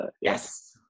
Yes